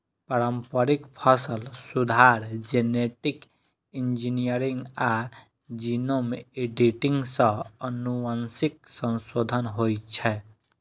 पारंपरिक फसल सुधार, जेनेटिक इंजीनियरिंग आ जीनोम एडिटिंग सं आनुवंशिक संशोधन होइ छै